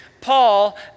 Paul